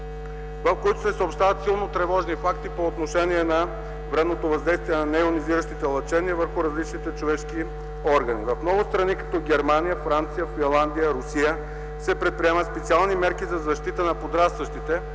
което се съобщава, са силно тревожни факти по отношение на вредното въздействие на нейонизиращото лъчение върху различните човешки органи. В много страни като Германия, Франция, Финландия, Русия се предприемат специални мерки за защита на подрастващите